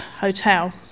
hotel